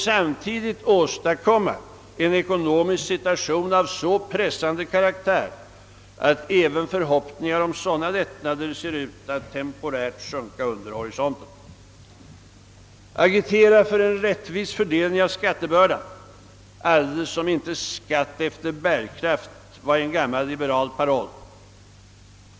Samtidigt åstadkommer den en ekonomisk situation av så presande karaktär, att även förhoppningar om sådana lättnader ser ut att temporärt sjunka under horisonten. Den agiterar för en rättvis fördelning av skattebördan, alldeles som om inte skatt efter bärkraft var en gammal liberal paroll.